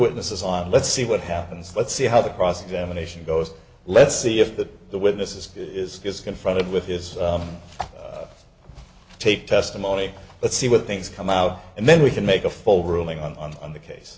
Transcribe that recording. witnesses on let's see what happens let's see how the cross examination goes let's see if that the witnesses is confronted with this tape testimony let's see what things come out and then we can make a full ruling on the case